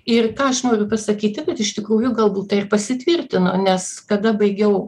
ir ką aš noriu pasakyti kad iš tikrųjų galbūt tai ir pasitvirtino nes kada baigiau